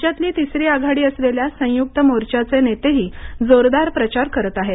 राज्यातली तिसरी आघाडी असलेल्या संयुक्त मोर्चाचे नेतेही जोरदार प्रचार करत आहेत